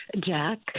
Jack